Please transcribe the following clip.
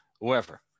whoever